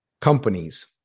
companies